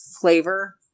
flavor